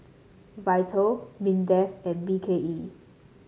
Vital Mindefand B K E